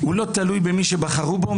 הוא לא תלוי במי שבחרו בו.